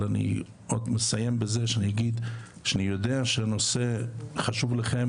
ואני יודע שרופאים התפטרו.